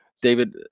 David